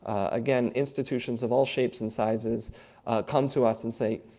again, institutions of all shapes and sizes come to us and say,